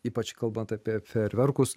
ypač kalbant apie fejerverkus